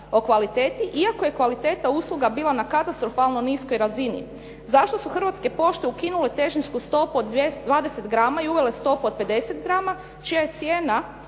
o kvaliteti iako je kvaliteta usluga bila na katastrofalno niskoj razini. Zašto su Hrvatske pošte ukinule težinsku stopu od 20 grama i uvele stopu od 50 grama čija je cijena